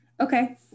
Okay